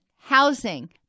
housing